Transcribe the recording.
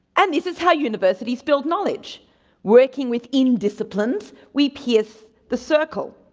and this is how universities build knowledge working within disciplines, we pierce the circle.